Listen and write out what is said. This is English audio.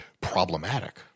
problematic